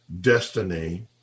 destiny